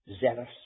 zealous